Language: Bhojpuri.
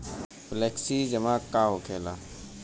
फ्लेक्सि जमा का होखेला?